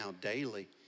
daily